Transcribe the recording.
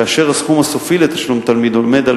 כאשר הסכום הסופי לתשלום לתלמיד עומד על